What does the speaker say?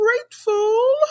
grateful